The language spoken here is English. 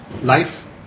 life